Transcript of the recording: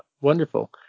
Wonderful